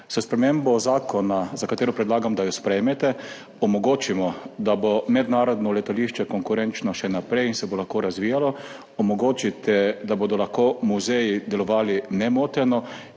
S spremembo zakona, za katero predlagam, da jo sprejmete, omogočite, da bo mednarodno letališče konkurenčno še naprej in se bo lahko razvijalo, omogočite, da bodo lahko muzeji delovali nemoteno